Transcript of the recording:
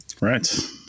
Right